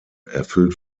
erfüllt